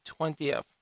20th